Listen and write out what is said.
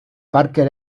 parker